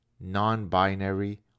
non-binary